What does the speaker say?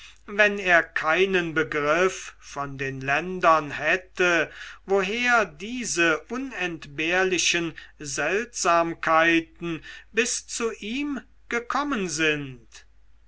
wenn er keinen begriff von den ländern hätte woher diese unentbehrlichen seltsamkeiten bis zu ihm gekommen sind